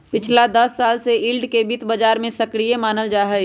पिछला दस साल से यील्ड के वित्त बाजार में सक्रिय मानल जाहई